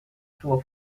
suo